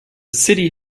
city